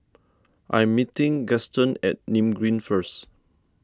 I am meeting Gaston at Nim Green first